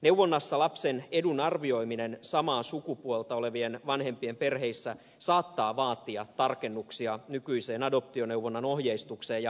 neuvonnassa lapsen edun arvioiminen samaa sukupuolta olevien vanhempien perheissä saattaa vaatia tarkennuksia nykyiseen adoptioneuvonnan ohjeistukseen